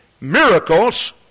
Miracles